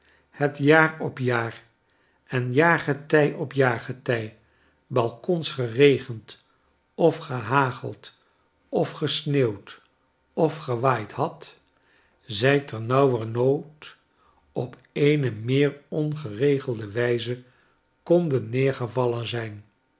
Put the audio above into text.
het jaar op jaar en jaargetij op jaargetij balkons geregend of gehageld of gesneeuwd of gewaaid had zy ternauwernood op eene meer ongeregelde wijze konden neergevallen zijn